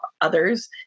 others